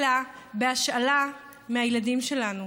אלא בהשאלה מהילדים שלנו.